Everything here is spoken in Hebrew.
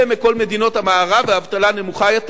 מבכל מדינות המערב והאבטלה נמוכה יותר?